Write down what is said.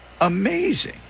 amazing